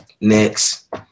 next